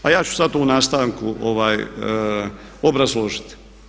A ja ću sad u nastavku obrazložiti.